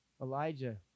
Elijah